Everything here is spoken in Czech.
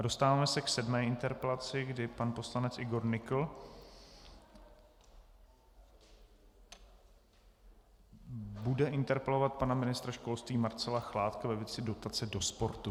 Dostáváme se k sedmé interpelaci, kdy pan poslanec Igor Nykl bude interpelovat pana ministra školství Marcela Chládka ve věci dotace do sportu.